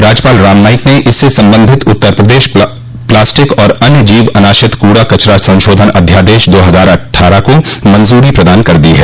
राज्यपाल रामनाईक ने इससे संबंधित उत्तर प्रदेश प्लास्टिक और अन्य जीव अनाशिक कूड़ा कचड़ा संशोधन अध्यादेश दो हजार अट्ठारह को मंजूरी प्रदान कर दी है